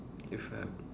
if I'm